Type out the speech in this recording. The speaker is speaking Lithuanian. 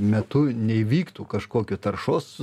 metu neįvyktų kažkokių taršos